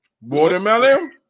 Watermelon